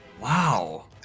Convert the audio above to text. Wow